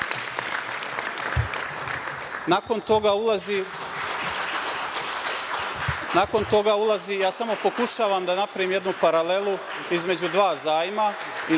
toga, ulazi, ja samo pokušavam da napravim jednu paralelu između dva zajma